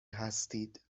هستید